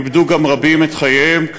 איבדו רבים את חייהם,